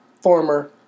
former